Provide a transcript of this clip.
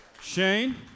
Shane